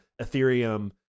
Ethereum